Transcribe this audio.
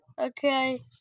Okay